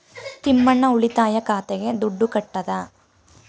ತಿಮ್ಮಣ್ಣ ಉಳಿತಾಯ ಖಾತೆಗೆ ದುಡ್ಡು ಕಟ್ಟದ